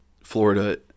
Florida